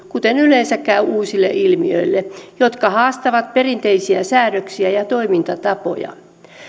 kuten yleensä käy uusille ilmiöille jotka haastavat perinteisiä säädöksiä ja toimintatapoja